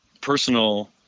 personal